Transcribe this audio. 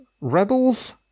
rebels